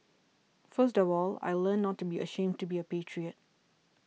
first of all I learnt not to be ashamed to be a patriot